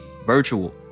virtual